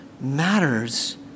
matters